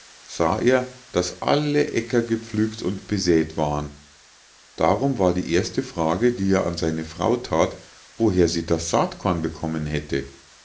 sah er daß aller acker gepflügt und besä't war darum war die erste frage die er an seine frau that woher sie das saatkorn bekommen hätte